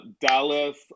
Dallas